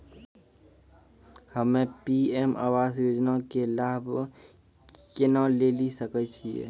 हम्मे पी.एम आवास योजना के लाभ केना लेली सकै छियै?